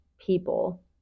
people